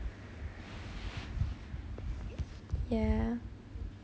ya